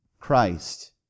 Christ